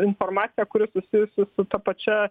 informaciją kuri susijusi su ta pačia